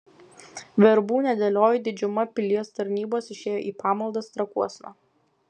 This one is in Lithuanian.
verbų nedėlioj didžiuma pilies tarnybos išėjo į pamaldas trakuosna